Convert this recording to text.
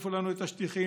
תחליפו לנו את השטיחים,